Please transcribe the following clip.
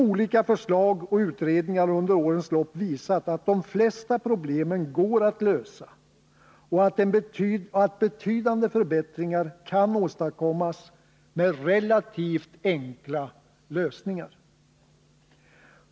Olika förslag och utredningar har under årens lopp visat att de flesta problemen går att lösa och att betydande förbättringar kan åstadkommas med relativt enkla lösningar.